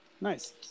nice